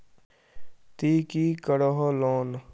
ती की करोहो लोन?